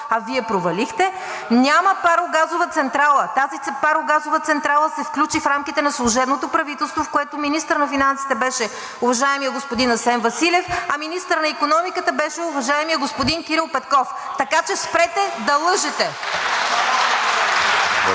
Промяната“), няма парогазова централа. Тази парогазова централа се включи в рамките на служебното правителство, в което министър на финансите беше уважаемият господин Асен Василев, а министър на икономиката беше уважаемият господин Кирил Петков. Така че спрете да лъжете!